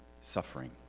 suffering